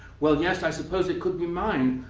well, yes, i suppose it could be mine,